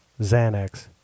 Xanax